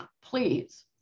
Please